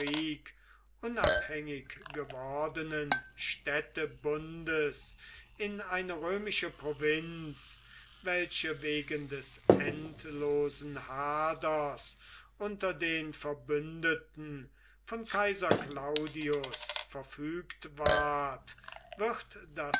unabhängig gewordenen städtebundes in eine römische provinz welche wegen des endlosen haders unter den verbündeten von kaiser claudius verfügt ward wird das